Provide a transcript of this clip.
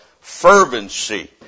fervency